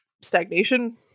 stagnation